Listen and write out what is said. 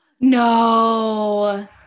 No